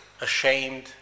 ashamed